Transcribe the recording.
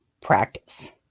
practice